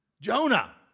Jonah